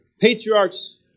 patriarchs